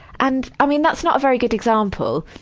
and, i mean, that's not a very good example.